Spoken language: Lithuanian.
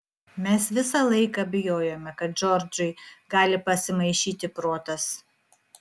mes visą laiką bijojome kad džordžui gali pasimaišyti protas